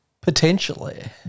potentially